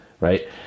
right